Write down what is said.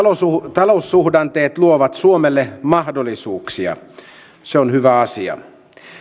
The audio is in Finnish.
taloussuhdanteet luovat suomelle mahdollisuuksia se on hyvä asia